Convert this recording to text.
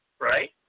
Right